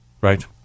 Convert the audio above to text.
right